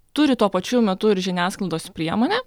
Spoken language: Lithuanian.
turi tuo pačiu metu ir žiniasklaidos priemonę